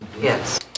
Yes